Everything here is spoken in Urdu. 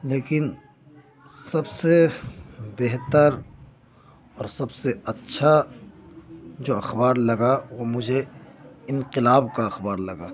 لیکن سب سے بہتر اور سب سے اچّھا جو اخبار لگا وہ مجھے انقلاب کا اخبار لگا